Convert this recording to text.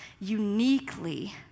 uniquely